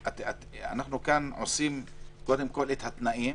אנחנו כאן קובעים קודם כול את התנאים